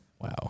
Wow